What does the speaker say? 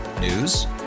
News